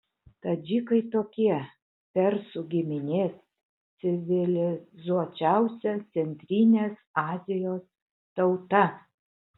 tadžikai tokie persų giminės civilizuočiausia centrinės azijos tauta